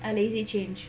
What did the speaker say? I lazy change